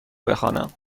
بخوانم